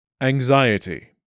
Anxiety